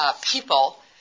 people